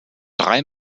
drei